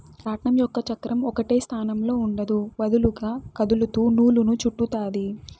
రాట్నం యొక్క చక్రం ఒకటే స్థానంలో ఉండదు, వదులుగా కదులుతూ నూలును చుట్టుతాది